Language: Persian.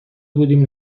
بودیم